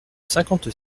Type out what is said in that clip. cinquante